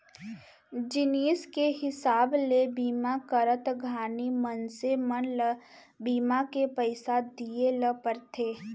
जिनिस के हिसाब ले बीमा करत घानी मनसे मन ल बीमा के पइसा दिये ल परथे